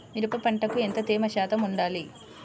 మిరప పంటకు ఎంత తేమ శాతం వుండాలి?